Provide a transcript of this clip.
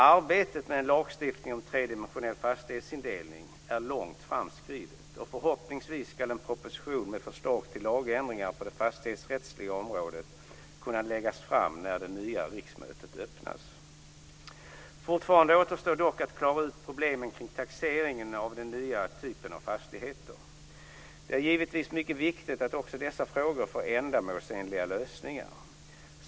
Arbetet med en lagstiftning om tredimensionell fastighetsindelning är långt framskridet och förhoppningsvis ska en proposition med förslag till lagändringar på det fastighetsrättsliga området kunna läggas fram när det nya riksmötet öppnats. Fortfarande återstår dock att klara ut problemen kring taxeringen av den nya typen av fastigheter. Det är givetvis mycket viktigt att också dessa frågor får ändamålsenliga lösningar.